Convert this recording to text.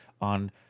on